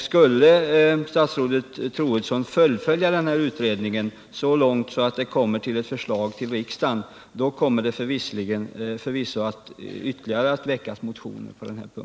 Skulle statsrådet Troedsson fullfölja utredningen så långt att det kommer ett förslag till riksdagen, kommer det förvisso att väckas ytterligare motioner i frågan.